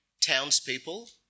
townspeople